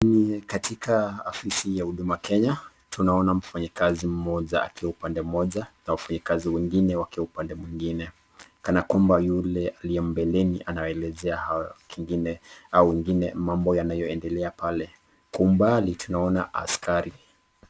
Katika ofisi ya huduma Kenya, tunaona mfanyikazi mmoja akiwa upande moja na wafanyikazi wengine wakiwa upande mwingine, kana kwamba yule aliye mbeleni anawaelezea hawa kingine au ingine mambo yanayo endelea pale, kwa umbali tunaona askari.